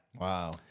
wow